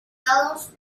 dados